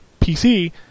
PC